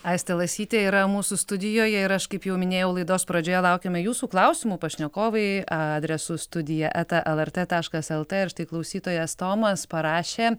aistė lasytė yra mūsų studijoje ir aš kaip jau minėjau laidos pradžioje laukiame jūsų klausimų pašnekovai adresu studija eta lrt taškas lt ir štai klausytojas tomas parašė